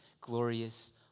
glorious